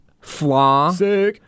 Flaw